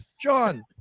John